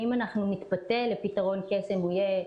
ואם אנחנו נתפתה לפתרון קסם, הוא יהיה,